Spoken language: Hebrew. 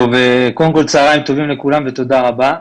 קודם כל צהריים טובים לכולם ותודה רבה.